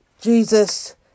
Jesus